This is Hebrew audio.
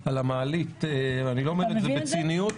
ולכן אני מגיעה לנקודה שעליה התכנסנו.